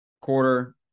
quarter